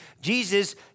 Jesus